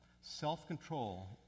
Self-control